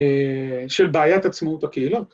‫של בעיית עצמאות הקהילות.